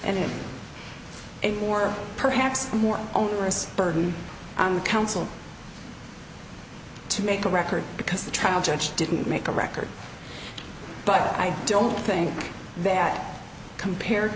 it and more perhaps more onerous burden on the council to make a record because the trial judge didn't make a record but i don't think that compared